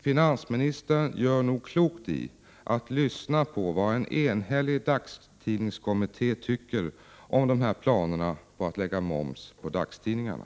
Finansministern gör nog klokt i att lyssna på vad en enhällig dagstidningskommitté tycker om planerna på att lägga moms på dagstidningarna.